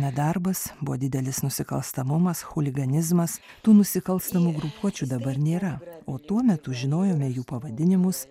nedarbas buvo didelis nusikalstamumas chuliganizmas tų nusikalstamų grupuočių dabar nėra o tuo metu žinojome jų pavadinimus